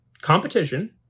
Competition